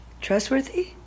Trustworthy